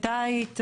תאית,